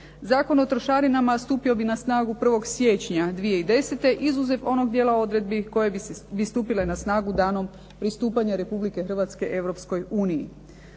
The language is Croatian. Zakon o trošarinama stupio bi na snagu 1. siječnja 2010., izuzev onog dijela odredbi koje bi stupile na snagu danom pristupanja Republike Hrvatske Europskoj uniji.